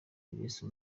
grace